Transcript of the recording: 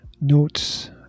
Notes